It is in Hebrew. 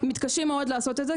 - מתקשים מאוד לעשות את זה,